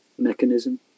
mechanism